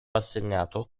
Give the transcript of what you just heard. assegnato